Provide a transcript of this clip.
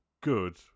good